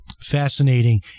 fascinating